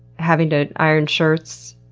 having to iron shirts,